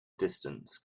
distance